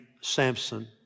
Samson